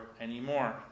anymore